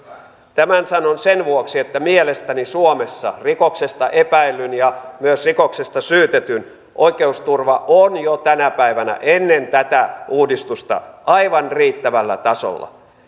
tämän sanon sen vuoksi että mielestäni suomessa rikoksesta epäillyn ja myös rikoksesta syytetyn oikeusturva on jo tänä päivänä ennen tätä uudistusta aivan riittävällä tasolla